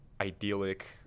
idyllic